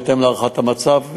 בהתאם להערכת המצב,